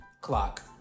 clock